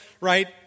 right